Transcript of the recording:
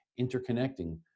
interconnecting